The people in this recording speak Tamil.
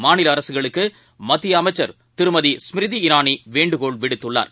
மாநில அரசுகளுக்கு மத்திய அமைச்சர் திருமதி ஸ்மிருதி இராணி வேண்டுகோள் விடுத்துள்ளார்